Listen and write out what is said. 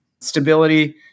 stability